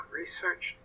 research